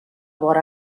vora